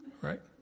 right